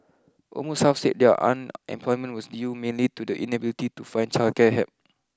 almost half said their unemployment was due mainly to the inability to find childcare help